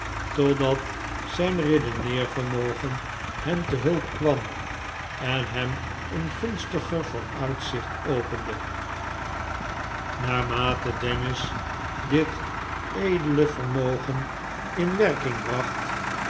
totdat zijn redeneervermogen hem te hulp kwam en hem een gunstiger vooruitzicht opende naarmate dennis dit edele vermogen in werking bracht